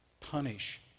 punish